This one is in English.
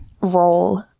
role